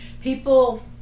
people